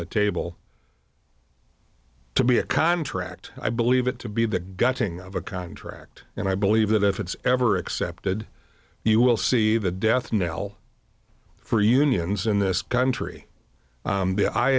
the table to be a contract i believe it to be the gutting of a contract and i believe that if it's ever accepted you will see the death knell for unions in this country